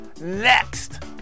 next